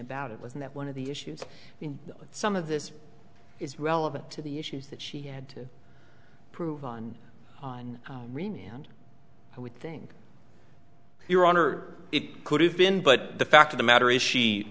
about it within that one of the issues in some of this is relevant to the issues that she had to prove on on and i would think your honor it could have been but the fact of the matter is she